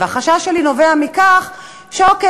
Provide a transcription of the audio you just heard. והחשש שלי נובע מכך שאוקיי,